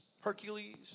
Hercules